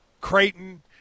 Creighton